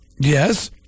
yes